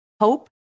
Hope